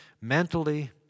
mentally